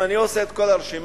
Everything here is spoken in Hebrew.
אם אני עושה את כל הרשימה,